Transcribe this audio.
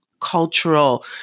cultural